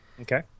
Okay